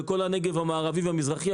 בכל הנגב המערבי והמזרחי,